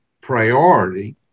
priority